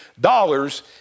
dollars